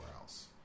else